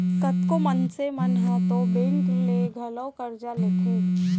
कतको मनसे मन ह तो बेंक ले घलौ करजा लेथें